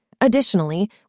Additionally